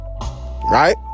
Right